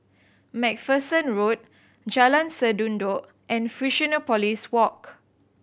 Macpherson Road Jalan Sendudok and Fusionopolis Walk